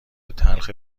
تلخ